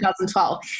2012